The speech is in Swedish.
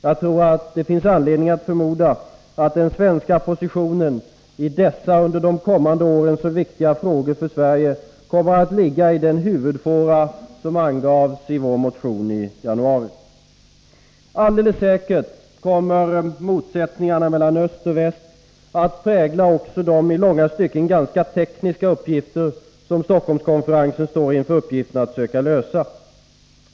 Jag tror att det finns anledning att förmoda att den svenska positionen i dessa under de kommande åren för Sverige så viktiga frågor kommer att ligga i den huvudfåra som angavs i vår motion i januari. Alldeles säkert kommer motsättningarna mellan öst och väst att prägla också de i långa stycken ganska tekniska uppgifter som Stockholmskonferensen står inför uppgiften att söka lösa.